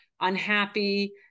unhappy